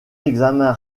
examen